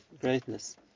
greatness